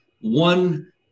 One